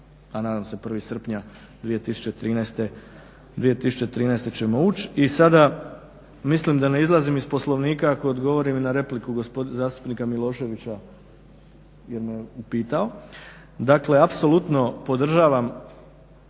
a nadam se 1.srpnja 2013.ćemo ući. I sada mislim da ne izlazim iz poslovnika ako odgovorim na repliku zastupnika Miloševića jer me upitao. Dakle apsolutno podržavam